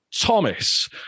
Thomas